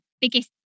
biggest